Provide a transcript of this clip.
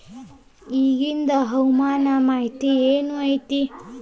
ಇಗಿಂದ್ ಹವಾಮಾನ ಮಾಹಿತಿ ಏನು ಐತಿ?